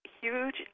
huge